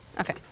Okay